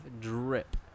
drip